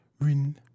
Rin